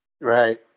Right